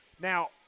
Now